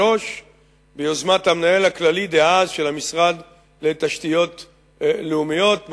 ביוזמת המנהל הכללי דאז של המשרד לתשתיות לאומיות,